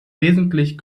wesentlich